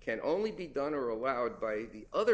can only be done or allowed by the other